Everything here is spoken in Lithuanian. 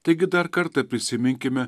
taigi dar kartą prisiminkime